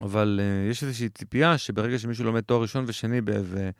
אבל יש איזושהי ציפייה שברגע שמישהו לומד תואר ראשון ושני באיזה